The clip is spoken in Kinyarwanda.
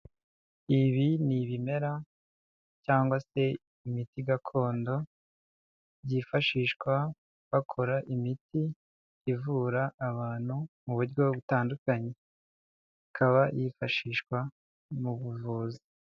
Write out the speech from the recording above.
Ibi ni ibimera cyangwa se imiti gakondo byifashishwa bakora imiti ivura abantu mu buryo butandukanye ikaba yifashishwa mu buvuzi.